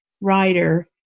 writer